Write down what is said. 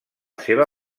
seva